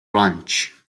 branch